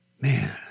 Man